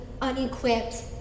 unequipped